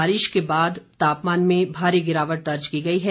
बारिश के बाद तापमान में भारी गिरावट दर्ज की गई है